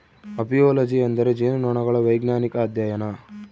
apiology ಎಂದರೆ ಜೇನುನೊಣಗಳ ವೈಜ್ಞಾನಿಕ ಅಧ್ಯಯನ